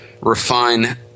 refine